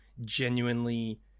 genuinely